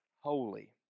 holy